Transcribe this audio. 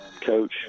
Coach